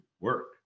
work